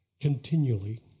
continually